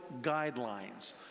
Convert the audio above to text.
guidelines